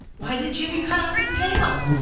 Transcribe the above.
why didn't jimmy cut off his tail?